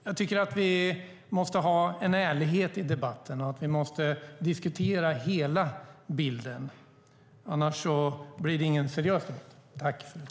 Jag tycker att vi måste ha en ärlighet i debatten och att vi måste diskutera hela bilden. Annars blir det ingen seriös debatt.